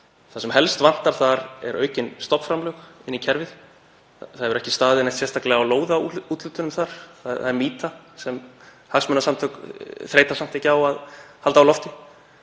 Það sem helst vantar þar eru aukin stofnframlög inn í kerfið. Það hefur ekki staðið neitt sérstaklega á lóðaúthlutunum þar. Það er mýta sem hagsmunasamtök þreytast samt ekki á að halda á lofti.